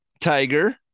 Tiger